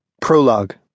Prologue